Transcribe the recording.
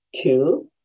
two